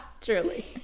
Truly